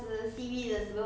uh